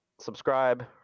Subscribe